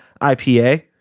IPA